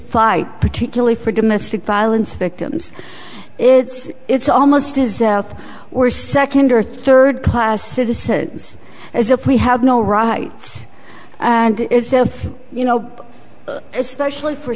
fight particularly for domestic violence victims it's almost is up or second or third class citizens as if we had no rights and itself you know especially for